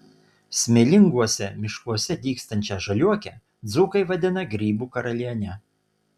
smėlinguose miškuose dygstančią žaliuokę dzūkai vadina grybų karaliene